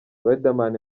riderman